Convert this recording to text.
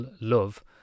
love